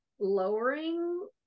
lowering